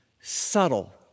Subtle